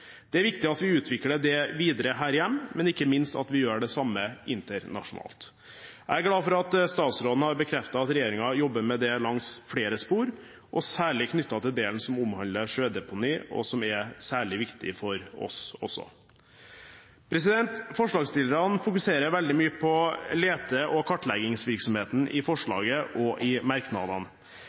Det er viktig at vi utvikler det videre her hjemme, og ikke minst at vi gjør det samme internasjonalt. Jeg er glad for at statsråden har bekreftet at regjeringen jobber med det langs flere spor, særlig delen som omhandler sjødeponi, som er særlig viktig for oss også. Forslagsstillerne fokuserer i forslaget veldig mye på lete- og kartleggingsvirksomheten og merknadene. Jeg tror man må lete lenge for å finne noen som ikke er enig i